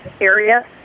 area